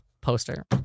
poster